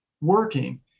working